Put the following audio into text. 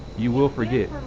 you will forget.